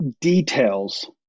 details